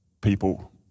people